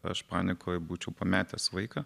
aš panikoj būčiau pametęs vaiką